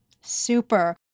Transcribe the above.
Super